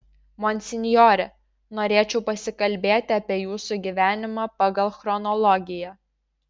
monsinjore norėčiau pasikalbėti apie jūsų gyvenimą pagal chronologiją